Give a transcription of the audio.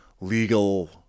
legal